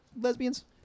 lesbians